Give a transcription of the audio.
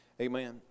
Amen